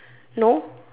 no